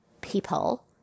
people